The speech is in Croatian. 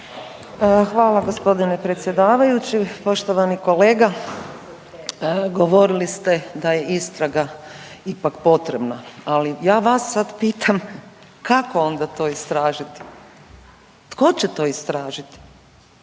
Hvala gospodine predsjedavajući. Poštovani kolega govorili ste da je istraga ipak potrebna, ali ja vas sad pitam kako onda to istražiti, tko će to istražiti?